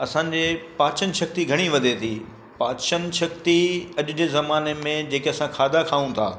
असांजे पाचन शक्ति घणी वधे थी पाचन शक्ति अॼु जे ज़माने में जेके असां खाधा खाऊं था